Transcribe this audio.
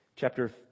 Chapter